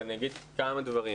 אבל אני אגיד כמה דברים.